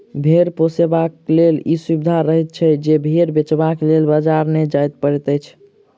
भेंड़ पोसयबलाक लेल ई सुविधा रहैत छै जे भेंड़ बेचबाक लेल बाजार नै जाय पड़ैत छै